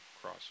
cross